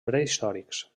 prehistòrics